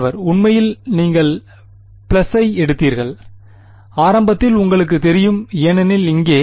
மாணவர் உண்மையில் நீங்கள் ப்ளஸ்ஸை எடுத்தீர்கள் ஆரம்பத்தில் உங்களுக்குத் தெரியும் ஏனெனில் இங்கே